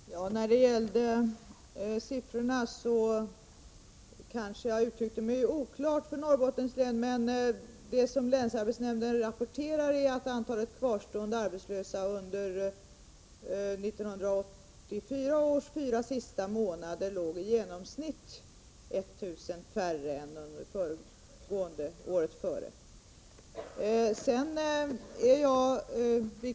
Herr talman! När det gällde siffrorna för Norrbottens län kanske jag uttryckte mig oklart. Det länsarbetsnämnden rapporterar är att de kvarstående arbetslösa under 1984 års fyra sista månader var i genomsnitt 1 000 färre än under året före.